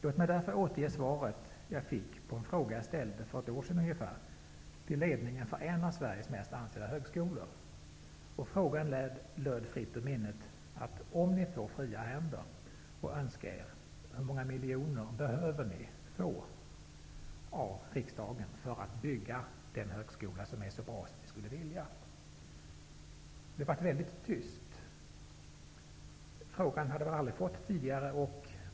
Låt mig därför återge det svar jag fick på en fråga jag ställde för ungefär ett år sedan till ledningen till en av Sveriges mest ansedda högskolor. Frågan löd som föjer, fritt ur minnet. Om ni får fria händer: Hur många miljoner behöver ni få av riksdagen för att bygga den högskola som är så bra som ni skulle vilja? Det blev mycket tyst. Den frågan hade de aldrig fått tidigare.